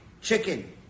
chicken